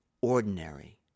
ordinary